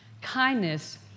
kindness